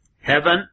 heaven